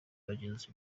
bagenzi